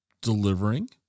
delivering